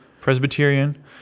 Presbyterian